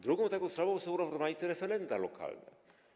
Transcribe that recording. Drugą taką sprawą są rozmaite referenda lokalne.